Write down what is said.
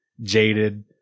jaded